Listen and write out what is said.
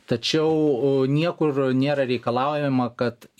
tačiau niekur nėra reikalaujama kad